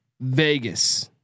Vegas